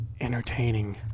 entertaining